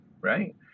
right